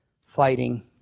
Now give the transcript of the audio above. fighting